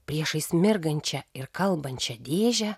priešais mirgančią ir kalbančią dėžę